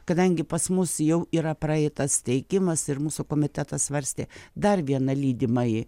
kadangi pas mus jau yra praeitas teikimas ir mūsų komitetas svarstė dar vieną lydimąjį